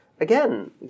Again